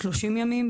שלושים ימים,